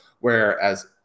Whereas